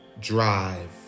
drive